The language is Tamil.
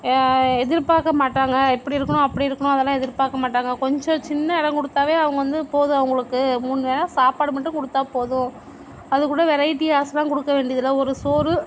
எதிர்பார்க்கமாட்டாங்க இப்படி இருக்கணும் அப்படி இருக்கணும் அதெல்லாம் எதிர்பார்க்கமாட்டாங்க கொஞ்சம் சின்ன இடம் கொடுத்தாவே அவங்க வந்து போதும் அவங்களுக்கு மூணு வேளை சாப்பாடு மட்டும் கொடுத்தா போதும் அதுக்கூட வெரைட்டி ரைஸ்லாம் கொடுக்க வேண்டியதில்லை ஒரு சோறு